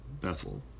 Bethel